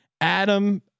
Adam